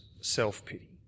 self-pity